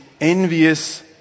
envious